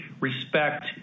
respect